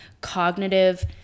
cognitive